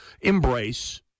embrace